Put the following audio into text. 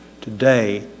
Today